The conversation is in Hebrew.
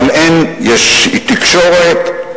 יש תקשורת,